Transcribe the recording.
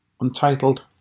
Untitled